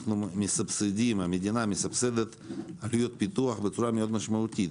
המדינה מסבסדת עלויות פיתוח בצורה מאוד משמעותית.